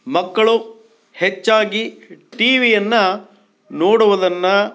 ಮಕ್ಕಳು ಹೆಚ್ಚಾಗಿ ಟಿ ವಿಯನ್ನು ನೋಡುವುದನ್ನು